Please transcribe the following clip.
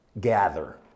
Gather